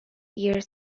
years